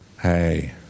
Hey